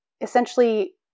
essentially